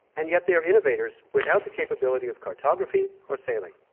and yet they're innovators without the capability of cartography or sailing.